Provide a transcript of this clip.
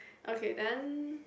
okay then